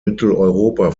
mitteleuropa